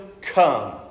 come